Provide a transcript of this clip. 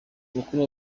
mukuru